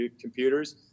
computers